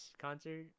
concert